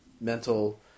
mental